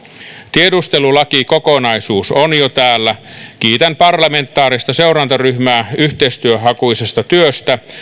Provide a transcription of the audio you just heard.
tiedustelulakikokonaisuus on kiitän parlamentaarista seurantaryhmää yhteistyöhakuisesta työstä